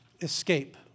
escape